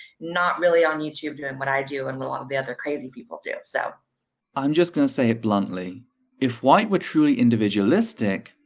not really on youtube doing what i do and ah the other crazy people do. so i'm just going to say it bluntly if white were truly individualistic,